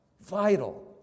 vital